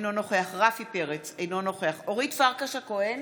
אינו נוכח רפי פרץ, אינו נוכח אורית פרקש הכהן,